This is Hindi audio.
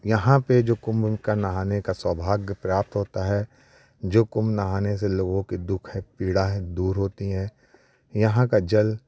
यहाँ पर जो कुम्भ का नहाने का सौभाग्य प्राप्त होता है जो कुम्भ नहाने से लोग के दुःख है पीड़ाएँ दूर होती है यहाँ का जल